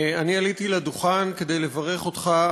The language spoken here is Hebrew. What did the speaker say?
אני עליתי לדוכן כדי לברך אותך,